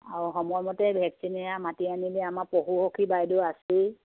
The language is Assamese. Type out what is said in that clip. আৰু সময়মতে ভেকচিনে মাতি আনিলে আমাৰ পশুসখী বাইদেউ আছই